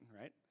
right